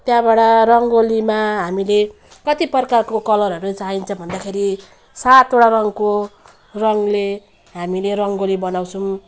त्यहाँबाट रङ्गोलीमा हामीले कति प्रकारको कलरहरू चाहिन्छ भन्दाखेरि सातवटा रङको रङले हामीले रङ्गोली बनाउँछौँ